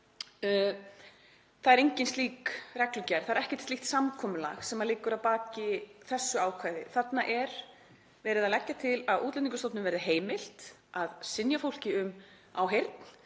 Það er engin slík reglugerð, ekkert slíkt samkomulag sem liggur að baki þessu ákvæði. Þarna er verið að leggja til að Útlendingastofnun verði heimilt að synja fólki um áheyrn